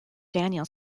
daniel